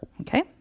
okay